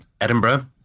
edinburgh